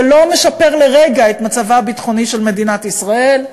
זה לא משפר לרגע את מצבה הביטחוני של מדינת ישראל,